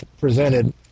presented